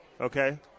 Okay